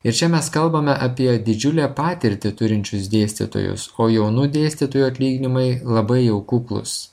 ir čia mes kalbame apie didžiulę patirtį turinčius dėstytojus o jaunų dėstytojų atlyginimai labai jau kuklūs